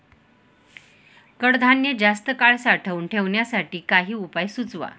कडधान्य जास्त काळ साठवून ठेवण्यासाठी काही उपाय सुचवा?